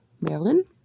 Maryland